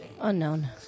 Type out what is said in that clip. Unknown